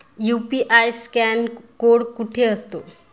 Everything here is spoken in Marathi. यु.पी.आय स्कॅन कोड कुठे असतो?